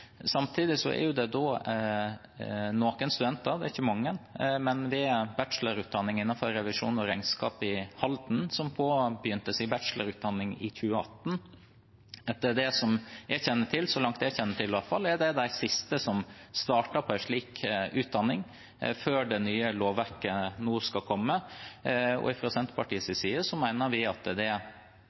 er det noen studenter – ikke mange – ved bachelorutdanningen innenfor revisjon og regnskap i Halden som påbegynte sin bachelorutdanning i 2018. Etter det jeg kjenner til, er dette de siste som startet på en slik utdanning før det nye lovverket som nå skal komme, og fra Senterpartiets side mener vi at det